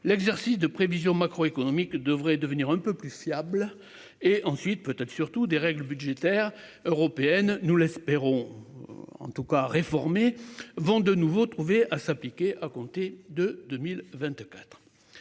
L'exercice de prévision macroéconomique devrait devenir un peu plus fiable et ensuite peut-être surtout des règles budgétaires européennes. Nous l'espérons. En tout cas, réformée vont de nouveau trouver à s'appliquer à compter de 2024.